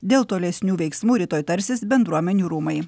dėl tolesnių veiksmų rytoj tarsis bendruomenių rūmai